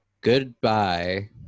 goodbye